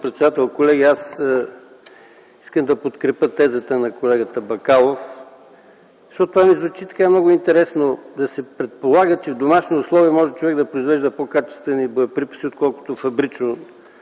председател, колеги! Аз искам да подкрепя тезата на колегата Бакалов. Защото това ми звучи много интересно: да се предполага, че в домашни условия човек може да произвежда по-качествени боеприпаси, отколкото фабрично